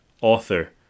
author